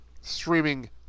streaming